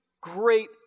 great